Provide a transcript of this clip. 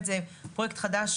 מדובר על פרויקט חדש,